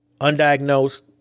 Undiagnosed